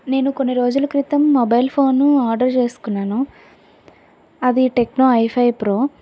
నేను కొన్ని రోజుల క్రితం మొబైల్ ఫోను ఆర్డర్ చేసుకున్నాను అది టెక్నో ఐ ఫైవ్ ప్రో